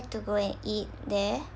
to go and eat there